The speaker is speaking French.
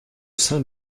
saint